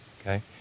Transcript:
Okay